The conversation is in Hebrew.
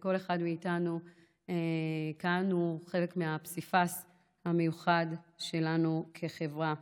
וכל אחד מאיתנו כאן הוא חלק מהפסיפס המיוחד שלנו כחברה.